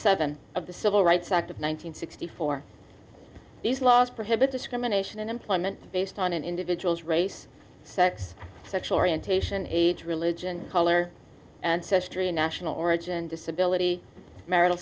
seven of the civil rights act of one nine hundred sixty four these laws prohibit discrimination in employment based on an individual's race sex sexual orientation age religion color ancestry national origin disability marital